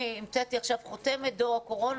אם המצאתי עכשיו חותמת דור הקורונה,